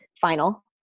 final